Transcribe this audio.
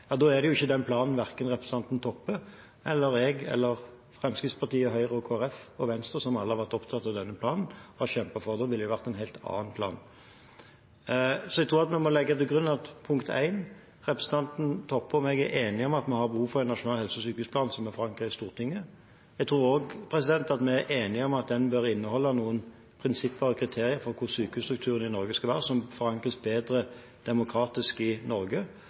Da er det jo ikke den planen som representanten Toppe, jeg, Fremskrittspartiet, Høyre, Kristelig Folkeparti og Venstre har vært opptatt av og har kjempet for, det ville vært en helt annen plan. Jeg tror at vi må legge til grunn at representanten Toppe og jeg er enige om at vi har behov for en nasjonal helse- og sykehusplan som er forankret i Stortinget. Jeg tror også vi er enige om at den bør inneholde noen prinsipper og kriterier for hvordan sykehusstrukturen i Norge skal være, som forankres bedre demokratisk i Norge,